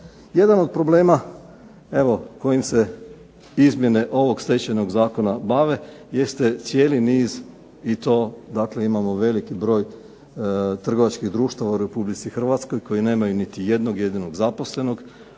Jedan od problema kojim se izmjene ovog Stečajnog zakona bave jeste cijeli niz i to dakle imamo veliki broj trgovačkih društava u Republici Hrvatskoj koji nemaju niti jednog jedinog zaposlenog,